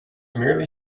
merely